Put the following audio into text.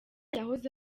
yahoze